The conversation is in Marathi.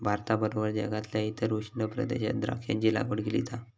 भारताबरोबर जगातल्या इतर उष्ण प्रदेशात द्राक्षांची लागवड केली जा